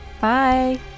Bye